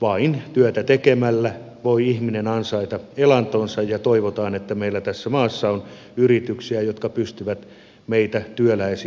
vain työtä tekemällä voi ihminen ansaita elantonsa ja toivotaan että meillä tässä maassa on yrityksiä jotka pystyvät meitä työläisiä työllistämään